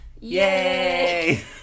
Yay